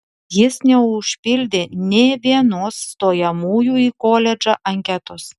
jis neužpildė nė vienos stojamųjų į koledžą anketos